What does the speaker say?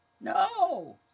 No